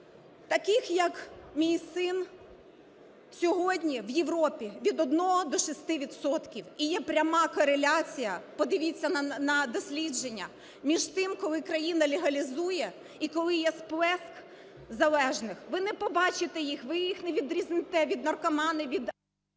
Таких як мій син сьогодні в Європі від 1 до 6 відсотків і є пряма кореляція, подивіться на дослідження, між тим, коли країна легалізує і коли є сплеск залежних. Ви не побачите їх, ви їх не відрізните від наркоманів, від…